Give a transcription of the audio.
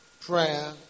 Prayer